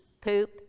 poop